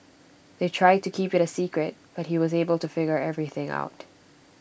they tried to keep IT A secret but he was able to figure everything out